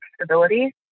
stability